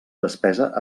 despesa